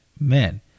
men